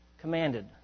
commanded